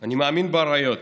באריות.